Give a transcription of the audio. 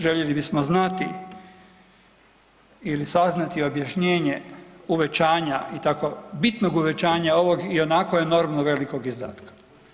Željeli bismo znati ili saznati objašnjenje uvećanje i tako bitnog uvećanja ovog ionako enormno velikog izdatka.